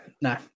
No